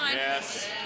Yes